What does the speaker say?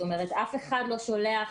אף אחד לא שולח,